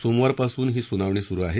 सोमवार पासून ही सुनावणी सुरु आहे